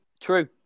True